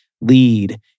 lead